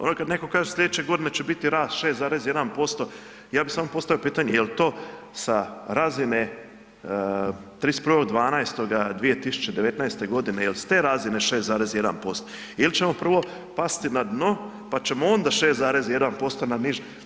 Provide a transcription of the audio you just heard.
Ono kad neko kaže sljedeće godine će biti rast 6,1%, ja bih samo postavio pitanje, je li to sa razine 31.12.2019. i je li s te razine 6,1% ili ćemo prvo pasti na dno pa ćemo onda 6,1% na niže.